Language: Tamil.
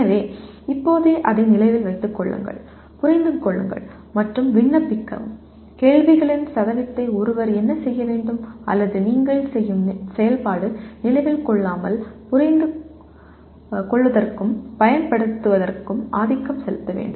எனவே இப்போது நினைவில் வைத்துக் கொள்ளுதல் புரிந்து கொள்ளுதல் மற்றும் விண்ணப்பித்தல் கேள்விகளின் சதவீதத்தை ஒருவர் என்ன செய்ய வேண்டும் அல்லது நீங்கள் செய்யும் செயல்பாடு நினைவில் கொள்ளாமல் புரிந்துகொள்வதற்கும் பயன்படுத்துவதற்கும் ஆதிக்கம் செலுத்த வேண்டும்